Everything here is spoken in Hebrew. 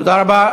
תודה רבה.